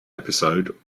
episode